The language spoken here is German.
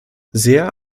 sehr